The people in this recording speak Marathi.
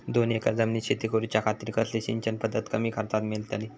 दोन एकर जमिनीत शेती करूच्या खातीर कसली सिंचन पध्दत कमी खर्चात मेलतली?